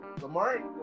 Lamar